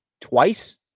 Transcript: twice